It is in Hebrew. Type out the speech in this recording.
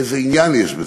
איזה עניין יש בזה?